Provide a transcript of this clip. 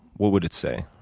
what would it say?